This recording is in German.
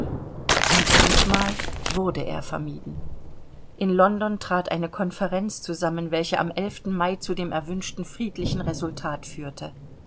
und diesmal wurde er vermieden in london trat eine konferenz zusammen welche am mai zu dem erwünschten friedlichen resultate führte